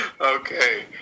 Okay